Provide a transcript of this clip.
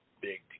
big